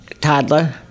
toddler